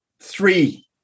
three